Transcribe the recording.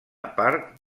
part